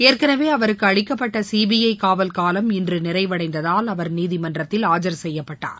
ஏற்கனவே அவருக்கு அளிக்கப்பட்ட சிபிஐ காவல் காவம் இன்று நிறைவடைந்ததால் அவர் நீதிமன்றத்தில் ஆஜர் செய்யப்பட்டார்